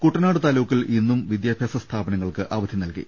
കുട്ടനാട് താലൂക്കിൽ ഇന്നും വിദ്യാഭ്യാസ സ്ഥാപന ങ്ങൾക്ക് അവധി നൽകി